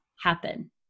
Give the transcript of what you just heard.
happen